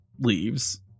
leaves